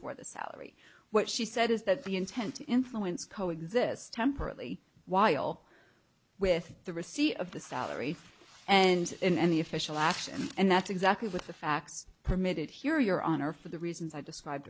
for the salary what she said is that the intent to influence co exist temporarily while with the receipt of the salary and and the official action and that's exactly what the facts permitted here your honor for the reasons i described